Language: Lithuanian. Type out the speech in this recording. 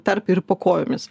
tarpe ir po kojomis